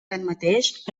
tanmateix